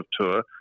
Tour